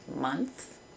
month